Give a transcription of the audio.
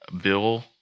bill